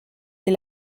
est